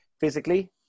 physically